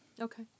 Okay